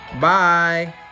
bye